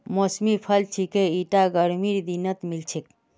मौसमी फल छिके ईटा गर्मीर दिनत मिल छेक